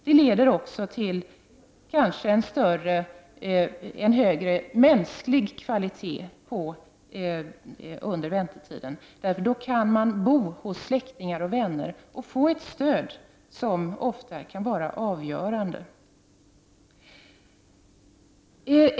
Det kan också leda till en högre mänsklig kvalitet under väntetiden, då de kan bo hos släktingar och vänner och få ett stöd, som ofta är avgörande.